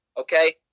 okay